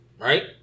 right